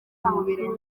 mukuru